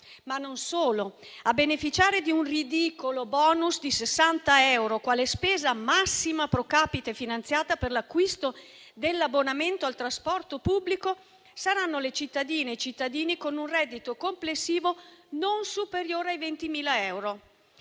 ma non solo. A beneficiare di un ridicolo *bonus* di 60 euro quale spesa massima *pro capite* finanziata per l'acquisto dell'abbonamento al trasporto pubblico saranno le cittadine e i cittadini con un reddito complessivo non superiore ai 20.000 euro.